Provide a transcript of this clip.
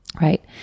right